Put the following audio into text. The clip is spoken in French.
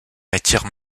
attirent